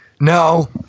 No